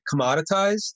commoditized